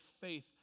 faith